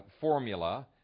formula